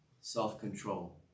self-control